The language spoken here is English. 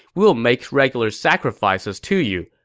we'll make regular sacrifices to you.